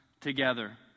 together